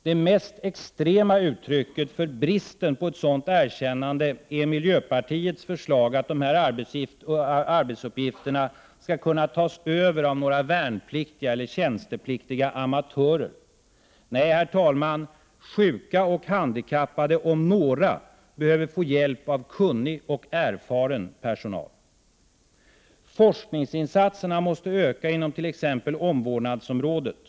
Det mest extrema uttrycket för bristen på ett sådant erkännande är miljöpartiets förslag att dessa arbetsuppgifter skall kunna tas över av några ”värnpliktiga” eller tjänstepliktiga amatörer. Nej, sjuka och handikappade om några behöver få hjälp av kunnig och erfaren personal. Forskningsinsatserna måste öka inom t.ex. omvårdnadsområdet.